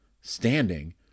standing